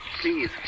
Please